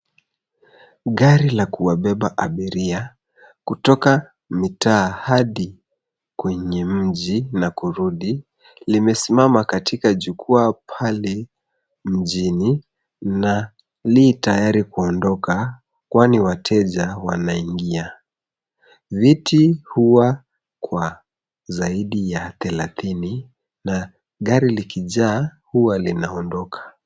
Gari la kuwabeba abiria kutoka mitaa hadi kwenye mji na kurudi limesimama katika jukwaa pale mjini na lii tayari kuondoka kwani wateja wanaingia. Viti huwa zaidi ya thelathini na gari likijaa huwa linaondoka.